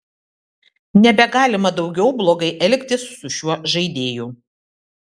nebegalima daugiau blogai elgtis su šiuo žaidėju